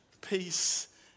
peace